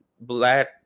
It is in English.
black